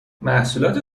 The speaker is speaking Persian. محصولات